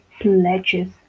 pledges